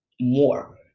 more